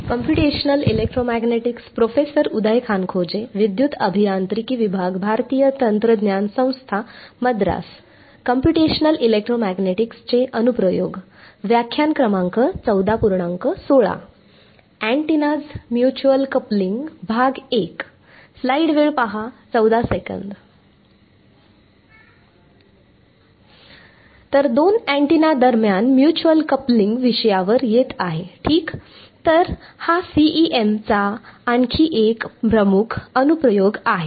तर दोन अँटीना दरम्यान म्युच्युअल कपलिंग विषयावर येत आहे ठीक तर हा CEM चा आणखी एक प्रमुख अनुप्रयोग आहे